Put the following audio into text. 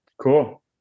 cool